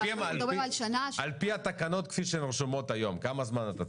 על פי התקנות כפי שהן רשומות היום כמה זמן אתה צריך?